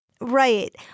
Right